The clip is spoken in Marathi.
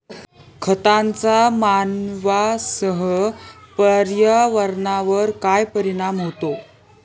खतांचा मानवांसह पर्यावरणावर काय परिणाम होतो?